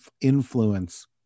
influence